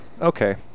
Okay